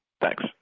Thanks